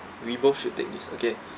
we both should take this okay